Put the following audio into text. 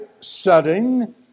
setting